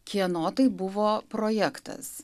kieno tai buvo projektas